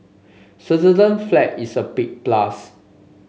Switzerland flag is a big plus